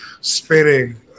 spinning